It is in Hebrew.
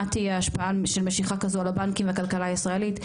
מה תהיה השפעה של משיכה כזו על הבנקים והכלכלה הישראלית?